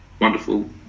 wonderful